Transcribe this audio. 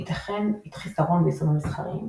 ייתכן חיסרון ביישומים מסחריים,